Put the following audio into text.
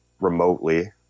remotely